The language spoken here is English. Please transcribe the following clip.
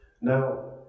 Now